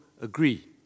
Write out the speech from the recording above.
agree